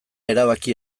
erabaki